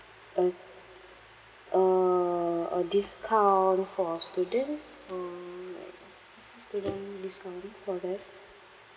a a a discount for student or like student discount for that